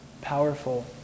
powerful